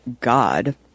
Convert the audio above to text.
God